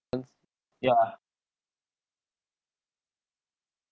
yeah